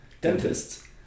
dentist